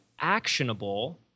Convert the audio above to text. actionable